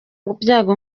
byago